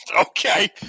okay